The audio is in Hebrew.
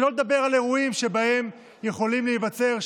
שלא לדבר על אירועים שבהם יכולים להיווצר,